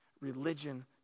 Religion